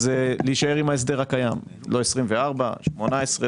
הוא להישאר עם ההסדר הקיים לא 24 חודשים; 18 חודשים.